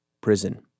prison